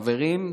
חברים,